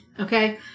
okay